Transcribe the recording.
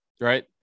right